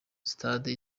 stade